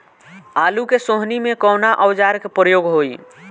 आलू के सोहनी में कवना औजार के प्रयोग होई?